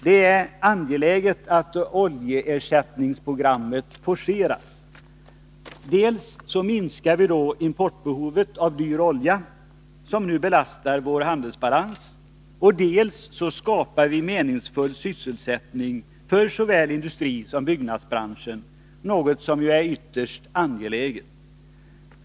Det är angeläget att oljeersättningsprogrammet forceras, ty dels minskar vi importbehovet av dyr olja som nu belastar vår handelsbalans, dels skapar vi meningsfull sysselsättning för såväl industrin som byggnadsbranschen, något som är ytterst angeläget.